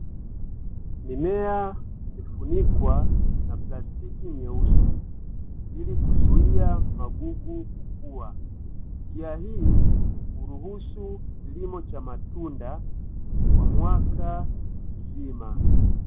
Mimea imefunikwa na plastiki nyeusi, ili kuzuia magugu kukua, njia hii huruhusu kilimo cha matunda kwa mwaka mzima.